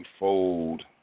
unfold